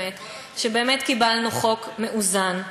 שבאמת קיבלנו חוק מאוזן,